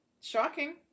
Shocking